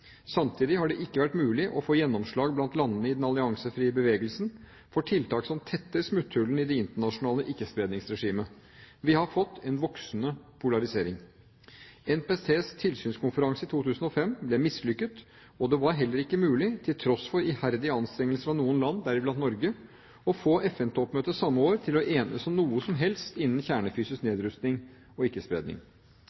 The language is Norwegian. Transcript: Samtidig har det ikke vært mulig å få gjennomslag blant landene i den alliansefrie bevegelsen for tiltak som tetter smutthullene i det internasjonale ikkespredningsregimet. Vi har fått en voksende polarisering. NPTs tilsynskonferanse i 2005 ble mislykket, og det var heller ikke mulig – til tross for iherdig anstrengelse fra noen land, deriblant Norge – å få FN-toppmøtet samme år til å enes om noe som helst innen kjernefysisk